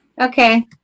Okay